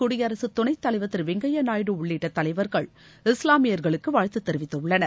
குடியரசு துணைத்தலைவர் திரு வெங்கைய நாயுடு உள்ளிட்ட தலைவர்கள் இஸ்லாமியர்களுக்கு வாழ்த்து தெரிவித்துள்ளனர்